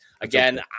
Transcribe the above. again